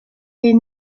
est